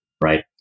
right